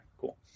cool